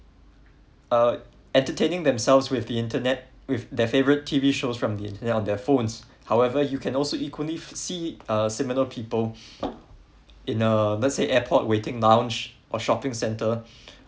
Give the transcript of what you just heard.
uh entertaining themselves with the internet with their favorite T_V shows from the internet on their phone's however you could equally see uh similar people in a let say airport waiting lounge or shopping centre